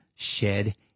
shed